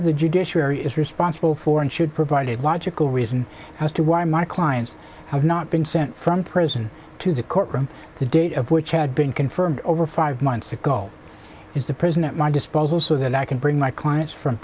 of the judiciary is responsible for and should provide a logical reason as to why my clients have not been sent from prison to the courtroom the date of which had been confirmed over five months ago is the prison at my disposal so that i can bring my clients from